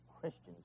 Christians